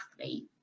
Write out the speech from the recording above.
athlete